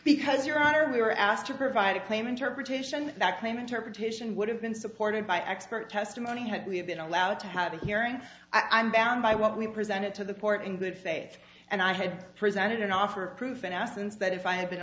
because your honor we were asked to provide a claim interpretation that claim interpretation would have been supported by expert testimony had we have been allowed to have a hearing and i'm bound by what we presented to the court in good faith and i had presented an offer of proof and asons that if i had been